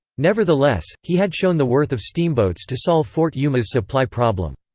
nevertheless, he had shown the worth of steamboats to solve fort yuma's supply problem.